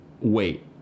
wait